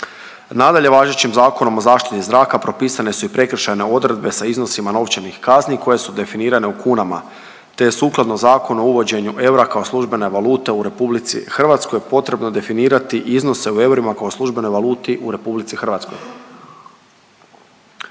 Nadalje, važećim Zakonom o zaštiti zraka propisane su i prekršajne odredbe sa iznosima novčanih kazni koje su definirane u kunama, te sukladno Zakonu o uvođenju eura kao službene valute u Republici Hrvatskoj potrebno definirati iznose u eurima kao službenoj valuti u Republici Hrvatskoj.